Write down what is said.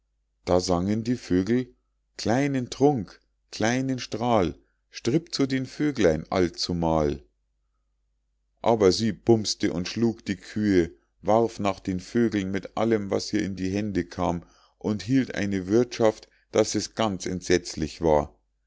da sangen die vögel kleinen trunk kleinen strahl stripp zu den vöglein allzumal aber sie bumps'te und schlug die kühe warf nach den vögeln mit allem was ihr in die hände kam und hielt eine wirthschaft daß es ganz entsetzlich war